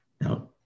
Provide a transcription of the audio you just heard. Now